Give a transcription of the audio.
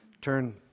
turn